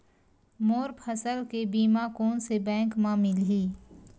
मोर फसल के बीमा कोन से बैंक म मिलही?